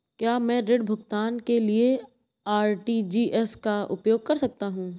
क्या मैं ऋण भुगतान के लिए आर.टी.जी.एस का उपयोग कर सकता हूँ?